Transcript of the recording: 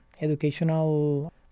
educational